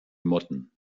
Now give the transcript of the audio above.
motten